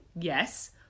Yes